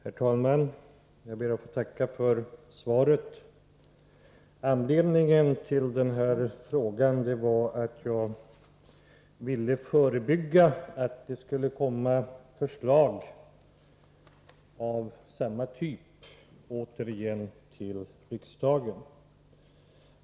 Herr talman! Jag ber att få tacka för svaret. Anledningen till att jag ställde frågan var att jag ville förebygga att förslag av samma typ återigen lades fram i riksdagen.